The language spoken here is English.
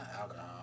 alcohol